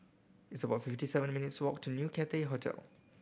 it's about fifty seven minutes' walk to New Cathay Hotel